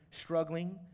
struggling